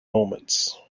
moments